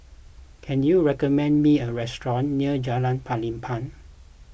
can you recommend me a restaurant near Jalan Pelepah